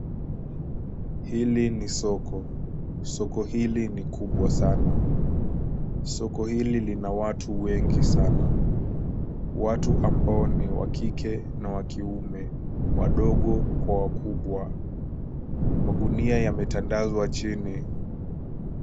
Hili ni soko. Soko hili ni kubwa sana. Soko hili lina watu wengi sana. Watu ambao ni wa kike na wa kiume, wadogo kwa wakubwa. Magunia yametandazwa chini.